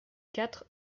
quatre